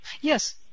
Yes